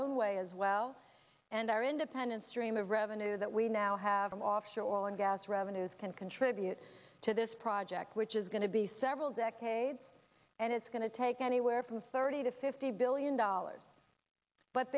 own way as well and our independent stream of revenue that we now have an offshore oil and gas revenues can contribute to this project which is going to be several decades and it's going to take anywhere from thirty to fifty billion dollars but